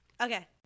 Okay